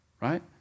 right